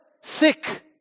sick